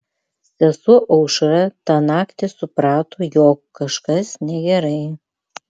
sesuo aušra tą naktį suprato jog kažkas negerai